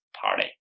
party